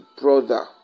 brother